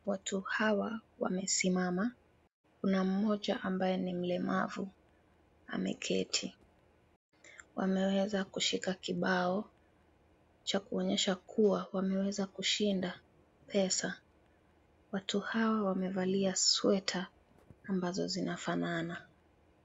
Watu hawa wamesimama. Kuna mmoja ambaye ni mlemavu ameketi. Wamewezakushika kibao cha kuonyesha kuwa wamewezakushika pesa. Watu hawa wamevalia sweta ambazo zinafanana.